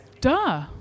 Duh